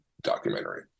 documentary